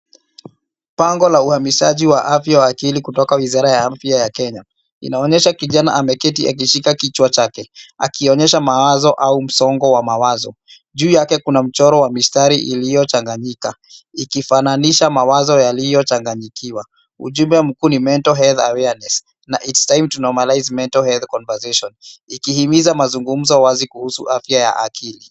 Wamamasishaji wa afya ya akili kutoka Wizara ya Afya Kenya. Picha inaonyesha kijana ameketi akishika kichwa chake, akionekana kuwa na mawazo mengi au msongo wa mawazo. Juu yake kuna mchoro wa mistari iliyochanganyika, ikiwakilisha mawazo yaliyofadhaika. Ujumbe mkuu ni kuhusu uenezaji wa uelewa wa afya ya akili